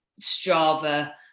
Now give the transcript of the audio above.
Strava